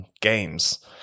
games